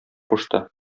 кушты